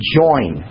join